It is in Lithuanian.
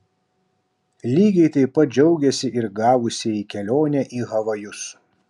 lygiai taip pat džiaugėsi ir gavusieji kelionę į havajus